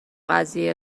قضیه